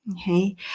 Okay